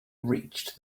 reached